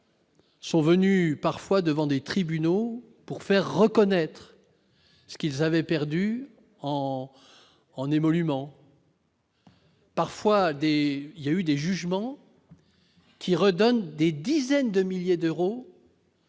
Sont venus parfois devant des tribunaux pour faire reconnaître ce qu'ils avaient perdu en en émoluments. Parfois des il y a eu des jugements qui redonne des dizaines de milliers d'euros.